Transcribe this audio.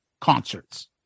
concerts